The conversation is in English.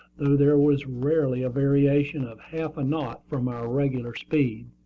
though there was rarely a variation of half a knot from our regular speed.